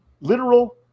literal